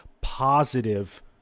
positive